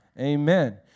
Amen